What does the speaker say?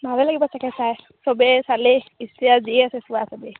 ভালে লাগিব চাগে চাই সবে চালেই ষ্টেচাছ দি আছে সবেই